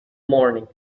morning